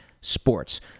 sports